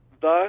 thus